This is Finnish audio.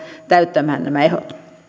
täyttämään nämä ehdot